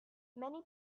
many